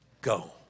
Go